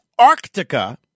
Arctica